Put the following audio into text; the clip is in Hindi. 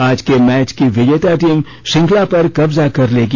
आज के मैच की विजेता टीम श्रृंखला पर कब्जा कर लेगी